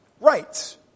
rights